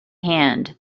hand